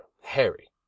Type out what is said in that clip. harry